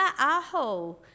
aho